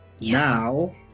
now